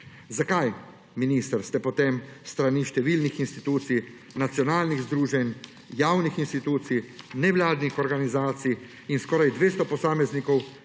Zakaj, minister, ste potem s strani številnih institucij, nacionalnih združenj, javnih institucij, nevladnih organizacij in skoraj 200 posameznikov